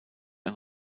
ein